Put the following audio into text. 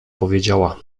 powiedziała